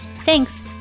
Thanks